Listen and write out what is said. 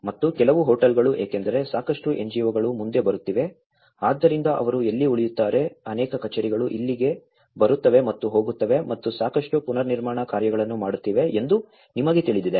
ಮತ್ತು ಕೆಲವು ಹೋಟೆಲ್ಗಳು ಏಕೆಂದರೆ ಸಾಕಷ್ಟು ಎನ್ಜಿಒಗಳು ಮುಂದೆ ಬರುತ್ತಿವೆ ಆದ್ದರಿಂದ ಅವರು ಎಲ್ಲಿ ಉಳಿಯುತ್ತಾರೆ ಅನೇಕ ಕಚೇರಿಗಳು ಇಲ್ಲಿಗೆ ಬರುತ್ತವೆ ಮತ್ತು ಹೋಗುತ್ತವೆ ಮತ್ತು ಸಾಕಷ್ಟು ಪುನರ್ನಿರ್ಮಾಣ ಕಾರ್ಯಗಳನ್ನು ಮಾಡುತ್ತಿವೆ ಎಂದು ನಿಮಗೆ ತಿಳಿದಿದೆ